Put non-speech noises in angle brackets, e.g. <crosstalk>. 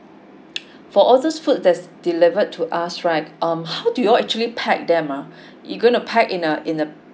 <noise> for all this food that's delivered to us right um how do you all actually pack them ah <breath> you gonna pack in a in a